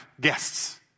guests